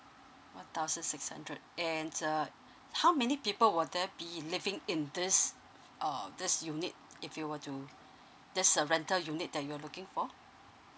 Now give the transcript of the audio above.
one thousand six hundred and uh how many people will there be living in this uh this unit if you were to this uh rental unit that you're looking for